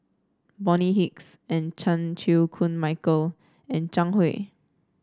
Bonny Hicks and Chan Chew Koon Michael and Zhang Hui